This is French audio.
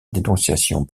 dénonciation